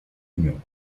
union